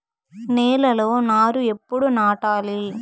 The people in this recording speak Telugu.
నేలలో నారు ఎప్పుడు నాటాలి?